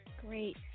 Great